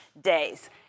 Days